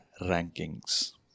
rankings